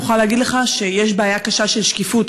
אני מוכרחה להגיד לך שיש בעיה קשה של שקיפות,